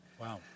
Wow